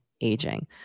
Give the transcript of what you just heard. aging